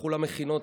תלכו למכינות,